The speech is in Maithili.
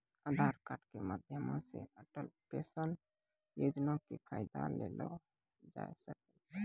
आधार कार्ड के माध्यमो से अटल पेंशन योजना के फायदा लेलो जाय सकै छै